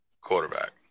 quarterback